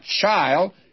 child